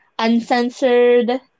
Uncensored